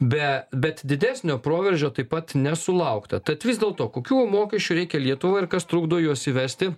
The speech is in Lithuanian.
be bet didesnio proveržio taip pat nesulaukta tad vis dėlto kokių mokesčių reikia lietuvai ir kas trukdo juos įvesti